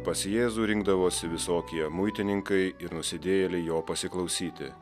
pas jėzų rinkdavosi visokie muitininkai ir nusidėjėliai jo pasiklausyti